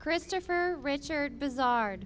christopher richard bizarre